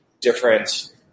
different